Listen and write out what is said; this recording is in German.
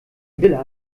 vila